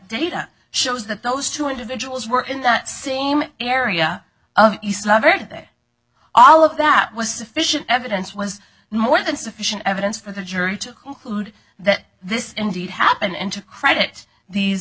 data shows that those two individuals were in that same area of east la very day all of that was sufficient evidence was more than sufficient evidence for the jury to conclude that this indeed happened into credit these